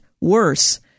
worse